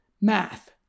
math